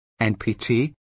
NPT